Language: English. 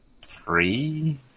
three